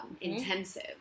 intensive